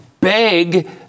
beg